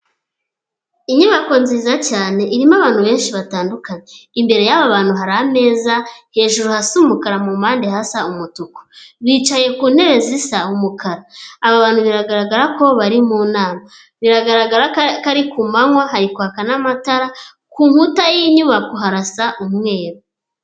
Inyubako nziza cyane irimo abantu benshi batandukanye, imbere y'aba bantu hara meza, hejuru hasa umukara mu mpande hasa umutuku. Bicaye ku ntebe zisa umukara, aba bantu biragaragara ko bari mu nama. Biragaragara ko ari ku manywa hari kwaka n'amatara, ku nkuta y'inyubako harasa umweru.